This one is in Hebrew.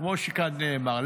כמו שכאן נאמר,